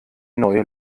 neue